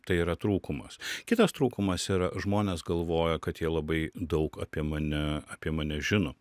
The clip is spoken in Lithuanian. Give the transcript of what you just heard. tai yra trūkumas kitas trūkumas yra žmonės galvoja kad jie labai daug apie mane apie mane žino